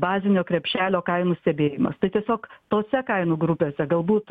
bazinio krepšelio kainų stebėjimas tai tiesiog tose kainų grupėse galbūt